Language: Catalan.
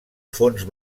fons